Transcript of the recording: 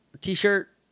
T-shirt